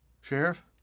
Sheriff